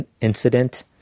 incident